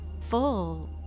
full